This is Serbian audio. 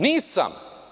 Nisam.